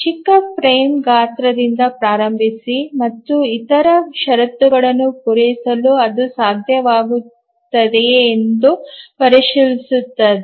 ಚಿಕ್ಕ ಫ್ರೇಮ್ ಗಾತ್ರದಿಂದ ಪ್ರಾರಂಭಿಸಿ ಮತ್ತು ಇತರ ಷರತ್ತುಗಳನ್ನು ಪೂರೈಸಲು ಅದು ಸಾಧ್ಯವಾಗುತ್ತದೆಯೇ ಎಂದು ಪರಿಶೀಲಿಸುತ್ತದೆ